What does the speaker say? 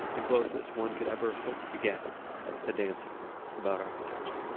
the closest one could ever hope to get to dancing about architecture.